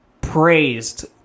praised